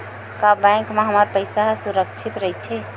का बैंक म हमर पईसा ह सुरक्षित राइथे?